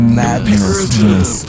madness